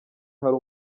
hari